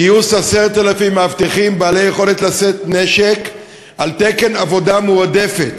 גיוס 10,000 מאבטחים בעלי יכולת לשאת נשק על תקן עבודה מועדפת.